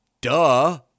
Duh